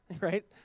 right